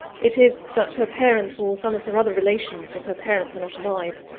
it is, that her parents, or some of her other relations, if her parents are not alive,